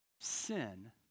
Sin